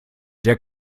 der